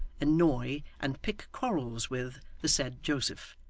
annoy, and pick quarrels with the said joseph,